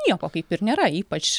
nieko kaip ir nėra ypač